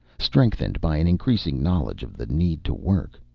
strengthened by an increasing knowledge of the need to work.